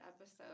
episode